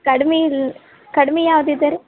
ಕಡ್ಮೆ ಇಲ್ಲಿ ಕಡಿಮೆ ಯಾವ್ದು ಇದೆ ರೀ